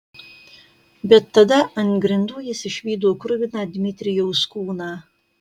bet tada ant grindų jis išvydo kruviną dmitrijaus kūną